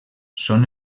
són